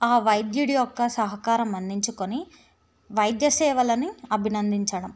ఆ వైద్యుడి యొక్క సహకారం అందించుకొని వైద్య సేవలను అభినందించడం